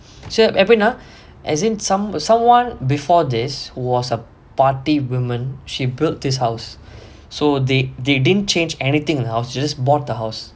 so every now as in some someone before this who was a party women she built this house so they they didn't change anything in the house they just bought the house